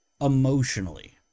emotionally